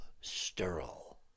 sterile